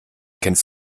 kennst